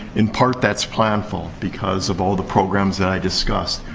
in part, that's planful, because of all the programs that i discussed.